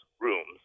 rooms